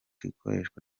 ikoreshwa